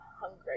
hungry